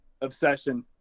obsession